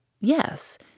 Yes